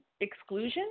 exclusion